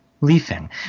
leafing